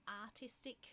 artistic